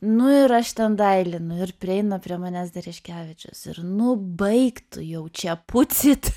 nu ir aš ten dailinu ir prieina prie manęs dereškevičius ir nu baik tu jau čia pucyt